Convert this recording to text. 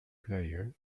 player